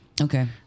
Okay